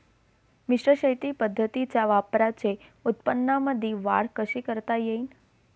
मिश्र शेती पद्धतीच्या वापराने उत्पन्नामंदी वाढ कशी करता येईन?